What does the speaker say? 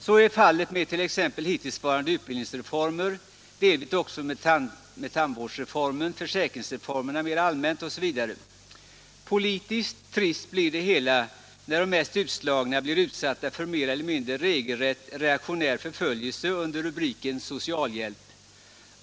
Så är fallet med t.ex. hittillsvarande utbildningsreformer, delvis också med tandvårdsreformen, försäkringsreformerna mer allmänt osv. Politiskt trist blir det hela när de mest utslagna blir utsatta för mer eller mindre regelrätt reaktionär förföljelse under rubriken socialhjälp.